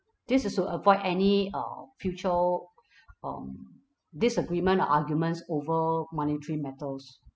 this is to avoid any uh future um disagreement or arguments over monetary matters